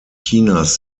chinas